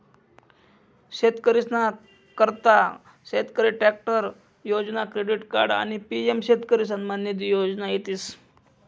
शेतकरीसना करता शेतकरी ट्रॅक्टर योजना, क्रेडिट कार्ड आणि पी.एम शेतकरी सन्मान निधी योजना शेतीस